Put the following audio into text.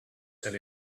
tell